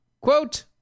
quote